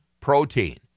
protein